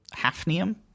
Hafnium